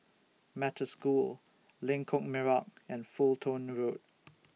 Metta School Lengkok Merak and Fulton Road